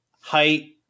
height